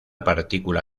partícula